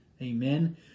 Amen